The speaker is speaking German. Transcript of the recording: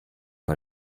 bei